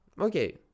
okay